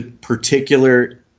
particular